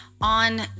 on